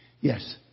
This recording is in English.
Yes